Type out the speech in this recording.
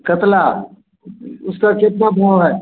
कतला उसका कितना भाव है